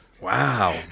Wow